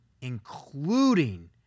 including